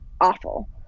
awful